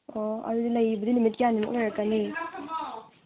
ꯑꯣ ꯑꯗꯨꯗꯤ ꯂꯩꯕꯗꯤ ꯅꯨꯃꯤꯠ ꯀꯌꯥꯅꯤꯃꯨꯛ ꯂꯩꯔꯛꯀꯅꯤ